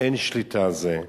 אין שליטה על זה.